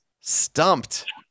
Stumped